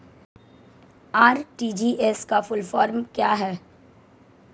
RTGS का full form क्या है?